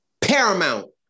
Paramount